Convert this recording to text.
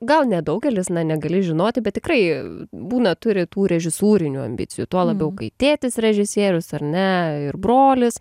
gal ne daugelis na negali žinoti bet tikrai būna turi tų režisūrinių ambicijų tuo labiau kai tėtis režisierius ar ne ir brolis